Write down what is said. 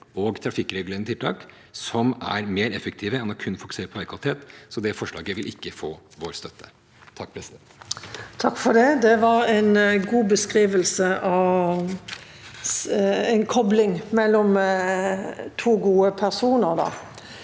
og trafikkregulerende tiltak, som er mer effektive enn kun å fokusere på veikvalitet, så det forslaget vil ikke få vår støtte. Presidenten Det var en god beskrivelse av en kobling mellom to gode karer.